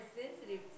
sensitive